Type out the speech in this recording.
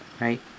right